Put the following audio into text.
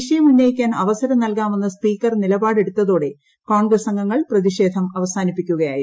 വിഷയം ഉന്നയിക്കാൻ അവസരം നൽകാമെന്ന് സ്പീക്കർ നിലപാടെടുത്തോടെ കോൺഗ്രസ്സ് അംഗങ്ങൾ പ്രതിഷേധം അവസാനിപ്പിക്കുകയായിരുന്നു